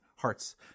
hearts